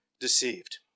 deceived